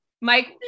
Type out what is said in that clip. Mike